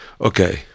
Okay